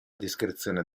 descrizione